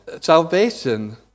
Salvation